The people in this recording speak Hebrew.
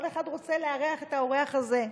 כל אחד רוצה לארח את האורח הזה.